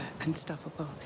unstoppable